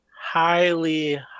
highly